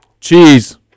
Cheese